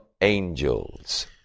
angels